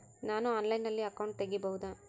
ನಾನು ಆನ್ಲೈನಲ್ಲಿ ಅಕೌಂಟ್ ತೆಗಿಬಹುದಾ?